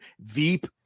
Veep